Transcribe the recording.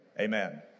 Amen